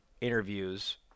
interviews